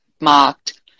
marked